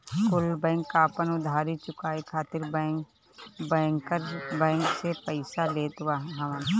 कुल बैंक आपन उधारी चुकाए खातिर बैंकर बैंक से पइसा लेत हवन